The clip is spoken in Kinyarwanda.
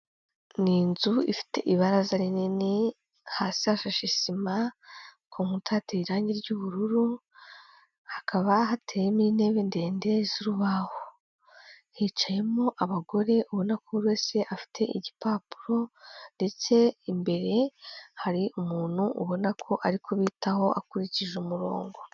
Ni inzu ifite ibaraza rinini, hasi hashashe sima, ku nkuta hateye irangi ry'ubururu, hakaba hateyemo intebe ndende z'urubaho. Hicayemo abagore ubona ko buri wese afite igipapuro ndetse imbere hari umuntu ubona ko ari kubitaho akurikije umurongo.